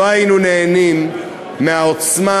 לא היינו נהנים מהעוצמה,